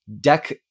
deck